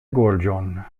gorĝon